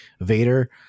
Vader